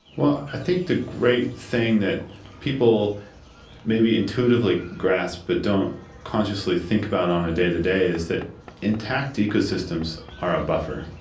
well, i think that the great thing that people maybe intuitively grasp but don't consciously think about on a day-to-day is that intact ecosystems are a buffer.